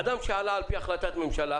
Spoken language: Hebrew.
אדם שעלה על פי החלטת ממשלה,